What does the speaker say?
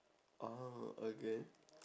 orh okay